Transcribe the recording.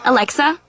Alexa